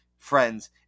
friends